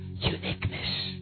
uniqueness